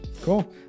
Cool